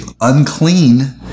unclean